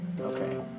Okay